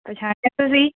ਪਹਿਚਾਣ ਲਿਆ ਤੁਸੀਂ